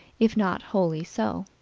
if not wholly so.